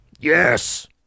Yes